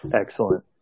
excellent